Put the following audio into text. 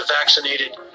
vaccinated